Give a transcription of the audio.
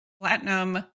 Platinum